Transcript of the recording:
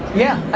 yeah,